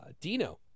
Dino